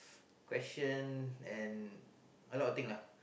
question and a lot of thing lah